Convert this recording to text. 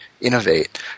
innovate